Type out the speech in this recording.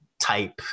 type